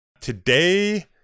today